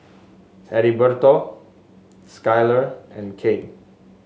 Heriberto Skyler and Kay